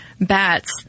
bats